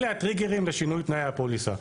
אלה הטריגרים לשינוי תנאי הפוליסה.